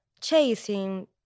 chasing